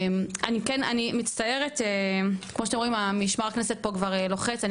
כמו שאתם רואים משמר הכנסת כבר לוחץ לסיים,